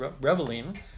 reveling